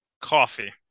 Coffee